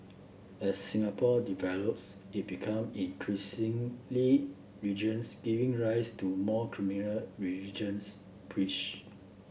as Singapore develops it become increasingly regions giving rise to more criminal religions breach